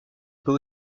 peut